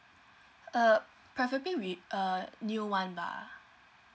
uh preferably we uh new one lah